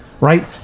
right